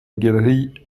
galerie